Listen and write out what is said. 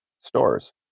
stores